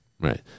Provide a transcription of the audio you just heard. right